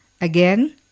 Again